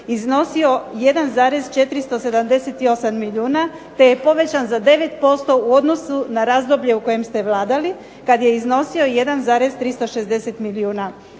iznosio 1,478 milijuna te je povećan za 9% u odnosu na razdoblje u kojem ste vladali, kad je iznosio 1,360 milijuna,